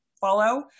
follow